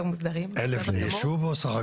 לא מוסדרים, בסדר